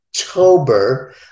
October